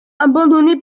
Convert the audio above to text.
abandonnées